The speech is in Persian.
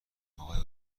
اقای